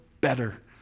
better